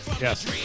Yes